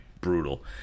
brutal